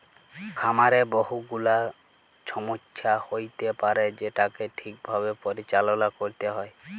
খামারে বহু গুলা ছমস্যা হ্য়য়তে পারে যেটাকে ঠিক ভাবে পরিচাললা ক্যরতে হ্যয়